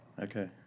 Okay